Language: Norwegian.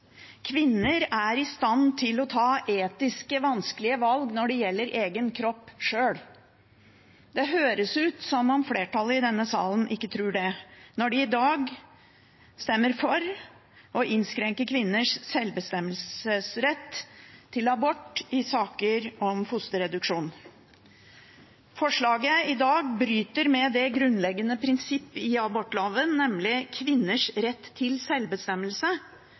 Kvinner er sjøl i stand til å ta etisk vanskelige valg når det gjelder egen kropp. Det høres ut som om flertallet i denne salen ikke tror det, når de i dag stemmer for å innskrenke kvinners selvbestemmelsesrett til abort i saker om fosterreduksjon. Forslaget i dag bryter med det grunnleggende prinsippet i abortloven, nemlig kvinners rett til selvbestemmelse.